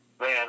Man